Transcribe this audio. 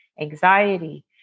anxiety